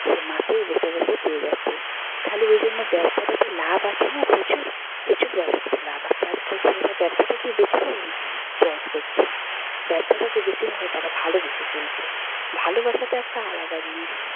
সে মাসেই বসে বসে পেয়ে যাচ্ছে তাহলে ওই জন্য ব্যবসাটাতে লাভ আছে না প্রচুর প্রচুর ব্যবসাতে লাভ আছে আজকাল ছেলেরা ব্যবসাটাকেই বেশিভাবে চয়েস করছে ব্যবসাটাকে বেশিভাবে তারা ভালোবেসে ফেলছে ভালোবাসাটা একটা আলাদা জিনিস